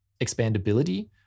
expandability